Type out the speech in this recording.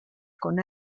con